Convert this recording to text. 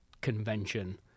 convention